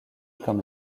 comme